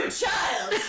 child